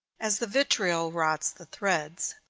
as the vitriol rots the threads.